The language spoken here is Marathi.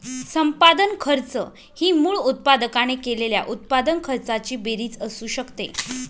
संपादन खर्च ही मूळ उत्पादकाने केलेल्या उत्पादन खर्चाची बेरीज असू शकते